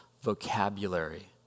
vocabulary